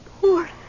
Poor